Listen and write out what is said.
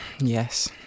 Yes